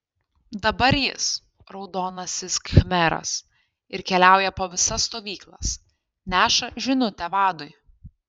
dabar jis raudonasis khmeras ir keliauja po visas stovyklas neša žinutę vadui